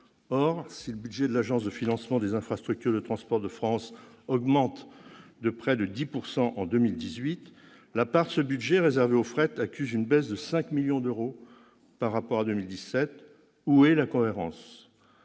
Or, si le budget de l'Agence de financement des infrastructures de transport de France augmente de près de 10 % pour 2018, la part de ce budget dédiée au fret accuse une baisse de 5 millions d'euros par rapport à 2017. Où est la cohérence ?